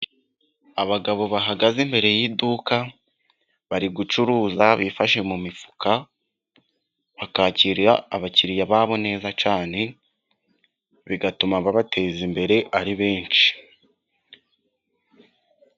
Abagabo bahagaze imbere y'iduka bari gucuruza, bifashe mu mifuka, bakakira abakiriya babo neza cyane, bigatuma babateza imbere ari benshi.